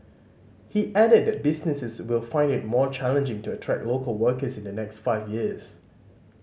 he added that businesses will find it more challenging to attract local workers in the next five years